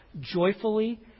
joyfully